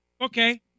Okay